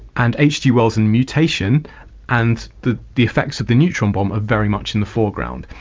and hg wells and mutation and the the effects of the neutron bomb are very much in the foreground.